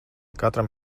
katram